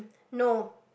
no